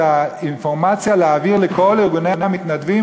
את האינפורמציה להעביר לכל ארגוני המתנדבים,